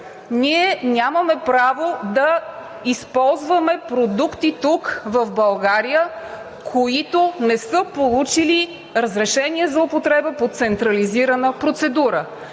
ние нямаме право да използваме продукти в България, които не са получили разрешение за употреба по централизирана процедура.